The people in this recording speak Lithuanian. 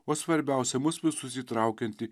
o svarbiausia mus visus įtraukiantį